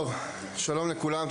שלום לכולם.